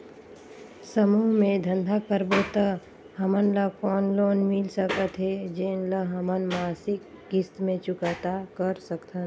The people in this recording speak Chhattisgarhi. समूह मे धंधा करबो त हमन ल कौन लोन मिल सकत हे, जेन ल हमन मासिक किस्त मे चुकता कर सकथन?